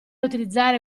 utilizzare